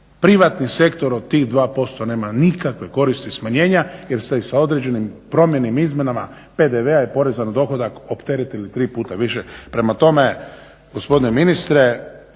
Privatni sektor od tih 2% nema nikakve koristi smanjenja jer se i sa određenim promjenama, izmjenama PDV-a i poreza na dohodak opteretili tri puta više. Prema tome gospodine ministre